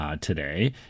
today